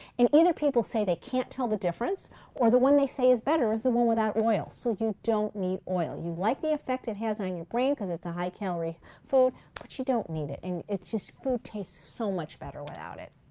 and either people say they can't tell the difference or the one they say is better is the one without oil, so you don't need oil. you like the effect it has on your brain because it's a high calorie food, but you don't need it and it's just food tastes so much better without it.